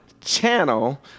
channel